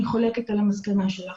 אני חולקת על המסקנה שלך.